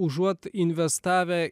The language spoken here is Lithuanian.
užuot investavę